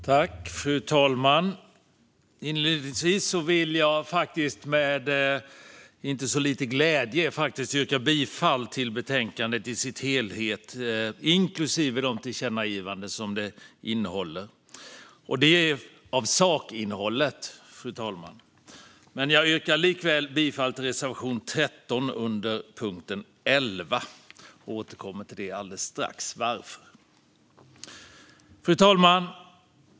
Fru talman! Inledningsvis vill jag med inte så lite glädje yrka bifall till förslaget i betänkandet i sin helhet, inklusive förslagen till tillkännagivanden gällande sakinnehållet. Men jag yrkar likväl bifall till reservation 13 under punkt 11. Jag återkommer till varför alldeles strax. Fru talman!